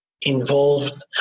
involved